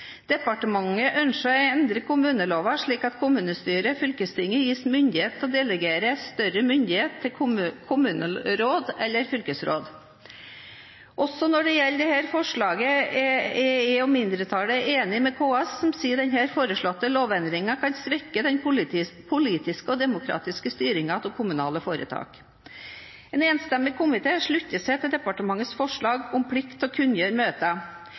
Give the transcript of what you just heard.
Departementet ønsker å endre kommuneloven slik at kommunestyret/fylkestinget gis myndighet til å delegere større myndighet til kommuneråd/fylkesråd. Også når det gjelder dette forslaget, er jeg og mindretallet enig med KS, som sier denne foreslåtte lovendringen kan svekke den politiske og demokratiske styringen av kommunale foretak. En enstemmig komité slutter seg til departementets forslag om plikt til å kunngjøre møter.